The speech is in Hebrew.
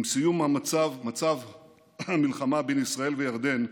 עם סיום מצב המלחמה בין ישראל לירדן,